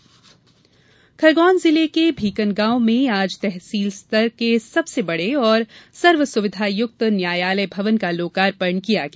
न्यायालय भवन खरगौन जिले के भीकनगांव में आज तहसील स्तर के सबसे बड़े और सर्वसुविधायक्त न्यायालय भवन का लोकार्पण किया गया